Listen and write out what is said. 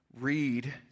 read